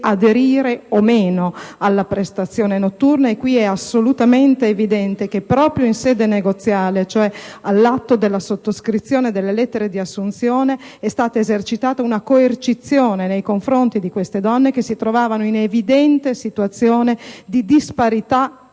aderire o meno alla prestazione notturna, e qui è assolutamente evidente che proprio in sede negoziale, cioè all'atto della sottoscrizione delle lettere di assunzione, è stata esercitata una coercizione nei confronti di queste donne, che si trovavano in evidente situazione di disparità